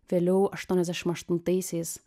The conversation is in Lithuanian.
vėliau aštuoniasdešim aštuntaisiais